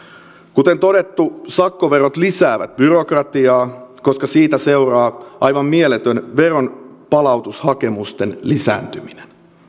kuten todettu sakkoverot lisäävät byrokratiaa koska siitä seuraa aivan mieletön veronpalautushakemusten lisääntyminen